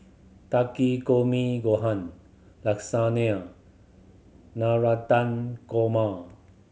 Gohan Lasagna Navratan Korma